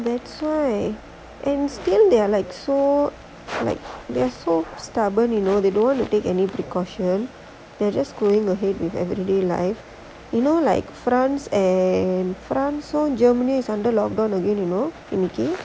that's why and still they are like so like they're so stubborn you know they don't want to take any precaution they're just going ahead with everyday life you know like france and france all germany is under logged on again you know indicate